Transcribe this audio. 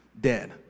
dead